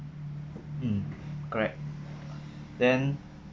mm correct then